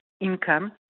income